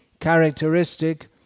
Characteristic